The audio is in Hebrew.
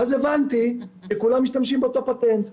ואז הבנתי שכולם משתמשים באותו פטנט.